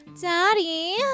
daddy